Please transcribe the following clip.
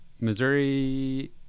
Missouri